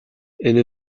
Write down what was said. энэ